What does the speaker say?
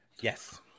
Yes